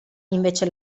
invece